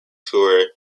tour